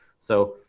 so